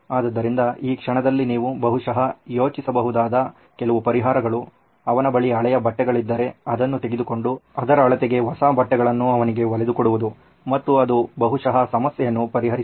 ಆದ್ದರಿಂದ ಈ ಕ್ಷಣದಲ್ಲಿ ನೀವು ಬಹುಶಃ ಯೋಚಿಸಬಹುದಾದ ಕೆಲವು ಪರಿಹಾರಗಳು ಅವನ ಬಳಿ ಹಳೆಯ ಬಟ್ಟೆಗಳಿದ್ದರೆ ಅದನ್ನು ತೆಗೆದುಕೊಂಡು ಅದರ ಅಳತೆಗೆ ಹೊಸ ಬಟ್ಟೆಯನ್ನು ಅವನಿಗೆ ಹೊಲೆದು ಕೊಡುವುದು ಮತ್ತು ಅದು ಬಹುಶಃ ಸಮಸ್ಯೆಯನ್ನು ಪರಿಹರಿಸುತ್ತದೆ